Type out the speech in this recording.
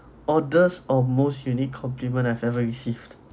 orders of most unique complement I've ever received